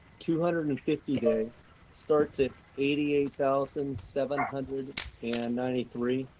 two hundred and fifty days starts at eighty eight thousand seven hundred and ninety three,